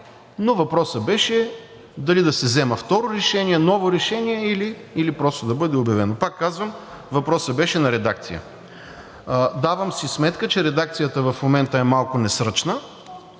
но въпросът беше дали да се взема второ решение, ново решение, или просто да бъде обявено. Пак казвам, въпросът беше на редакция. Давам си сметка, че редакцията в момента е малко несръчна